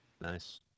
Nice